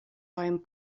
beim